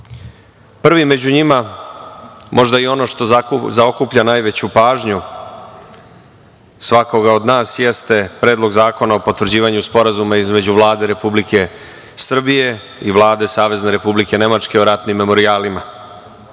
vama. Prvi među njima, možda i ono što zaokuplja najveću pažnju svakoga od nas, jeste Predlog zakona o potvrđivanju Sporazuma između Vlade Republike Srbije i Vlade Savezne Republike Nemačke o ratnim memorijalima. Dame